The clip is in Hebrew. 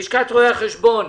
לשכת רואי החשבון,